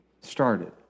started